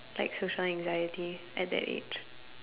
like social anxiety at that age